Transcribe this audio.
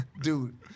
Dude